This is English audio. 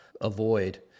avoid